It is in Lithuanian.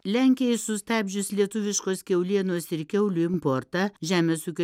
lenkijai sustabdžius lietuviškos kiaulienos ir kiaulių importą žemės ūkio